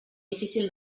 difícil